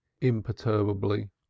imperturbably